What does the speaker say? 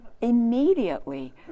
immediately